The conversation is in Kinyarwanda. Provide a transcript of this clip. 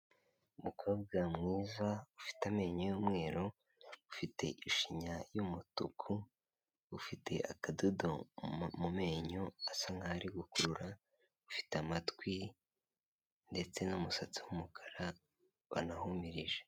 Umukobwa mwiza ufite amenyo y'umweru ufite ishinya y'umutuku, ufite akadodo mu menyo asa nk'aho ari gukurura, ufite amatwi ndetse n'umusatsi w'umukara bana humirije.